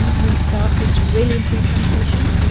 and we started to really improve sanitation.